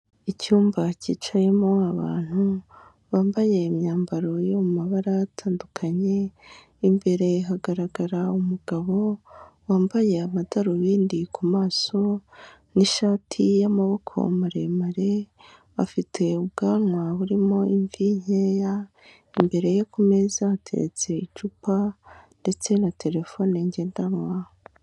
Icyumba cyicayemo abantu bambaye imyambaro yo mu mabara atandukanye, imbere hagaragara umugabo wambaye amadarubindi ku maso n'ishati y'amaboko maremare afite ubwanwa burimo imvi nkeya, imbere ye ku meza hateretse icupa ndetse na terefone ngendanwa.